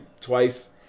twice